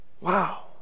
wow